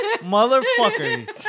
Motherfucker